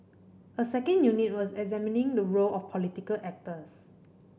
a second unit was examining the role of political actors